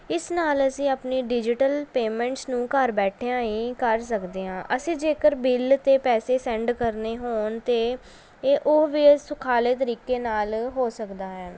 ਇਸ ਨਾਲ ਅਸੀਂ ਆਪਣੀ ਡਿਜੀਟਲ ਪੇਮੈਂਟਸ ਨੂੰ ਘਰ ਬੈਠਿਆਂ ਹੀ ਕਰ ਸਕਦੇ ਆਂ ਅਸੀਂ ਜੇਕਰ ਬਿੱਲ ਅਤੇ ਪੈਸੇ ਸੈਂਡ ਕਰਨੇ ਹੋਣ ਤਾਂ ਇਹ ਉਹ ਵੀ ਸੁਖਾਲੇ ਤਰੀਕੇ ਨਾਲ ਹੋ ਸਕਦਾ ਹਾਂ